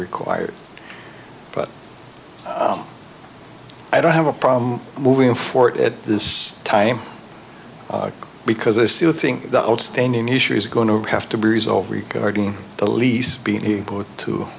required but i don't have a problem moving forward at this time because i still think the outstanding issue is going to have to be resolved regarding the lease be